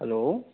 hello